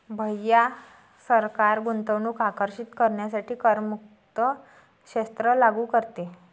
भैया सरकार गुंतवणूक आकर्षित करण्यासाठी करमुक्त क्षेत्र लागू करते